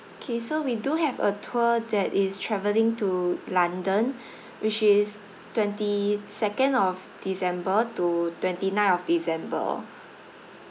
okay so we do have a tour that is travelling to london which is twenty second of december to twenty nine of december